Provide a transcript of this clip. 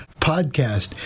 podcast